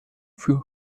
für